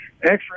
extra